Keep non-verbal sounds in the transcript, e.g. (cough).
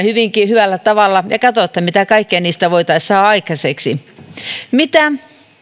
(unintelligible) hyvinkin hyvällä tavalla ja katsoa mitä kaikkea niistä voitaisiin saada aikaiseksi mitä